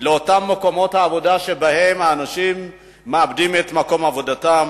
באותם מקומות העבודה שבהם האנשים מאבדים את מקום עבודתם.